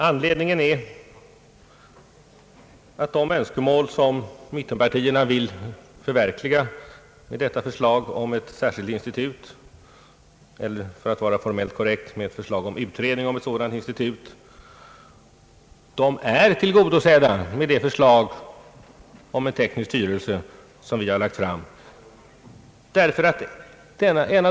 Anledningen är att de önskemål som mitten partierna vill förverkliga genom förslaget om utredning om ett särskilt institut, är tillgodosedda med det förslag till en teknisk styrelse som vi lagt fram.